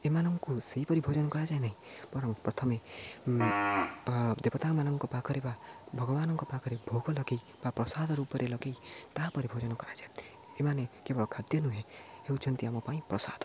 ଏମାନଙ୍କୁ ସେହିପରି ଭୋଜନ କରାଯାଏ ନାହିଁ ପରଂ ପ୍ରଥମେ ଅ ଦେବତାମାନଙ୍କ ପାଖରେ ବା ଭଗବାନଙ୍କ ପାଖରେ ଭୋଗ ଲଗେଇ ବା ପ୍ରସାଦ ରୂପରେ ଲଗେଇ ତାପରେ ଭୋଜନ କରାଯାଏ ଏମାନେ କେବଳ ଖାଦ୍ୟ ନୁହେଁ ହେଉଛନ୍ତି ଆମ ପାଇଁ ପ୍ରସାଦ